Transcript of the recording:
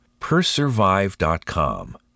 Persurvive.com